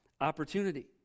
opportunity